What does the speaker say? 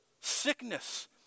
sickness